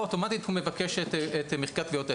אוטומטית הוא מבקש את מחיקת טביעות האצבע.